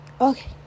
Okay